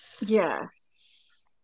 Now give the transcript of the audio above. Yes